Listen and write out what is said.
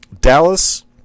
Dallas